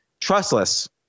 trustless